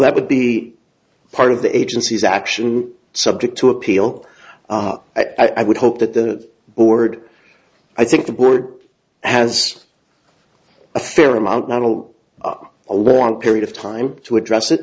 that would be part of the agency's action subject to appeal i would hope that the board i think the board has a fair amount not a lot a long period of time to address it